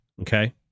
okay